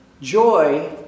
Joy